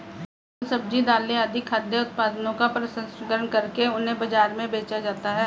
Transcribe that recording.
फल, सब्जी, दालें आदि खाद्य उत्पादनों का प्रसंस्करण करके उन्हें बाजार में बेचा जाता है